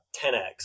10x